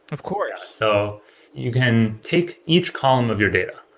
of course so you can take each column of your data,